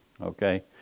okay